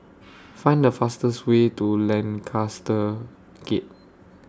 Find The fastest Way to Lancaster Gate